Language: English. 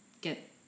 get